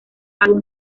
álbum